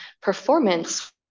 performance